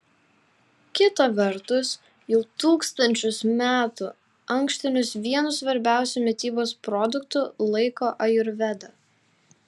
kita vertus jau tūkstančius metų ankštinius vienu svarbiausiu mitybos produktu laiko ajurveda